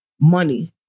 Money